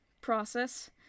process